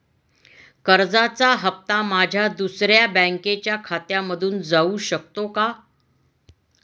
कर्जाचा हप्ता माझ्या दुसऱ्या बँकेच्या खात्यामधून जाऊ शकतो का?